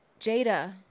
Jada